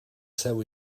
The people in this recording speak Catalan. seu